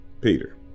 Peter